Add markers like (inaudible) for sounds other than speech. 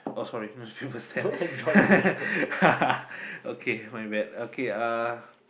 oh sorry newspaper stand (laughs) okay my bad okay uh